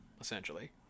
essentially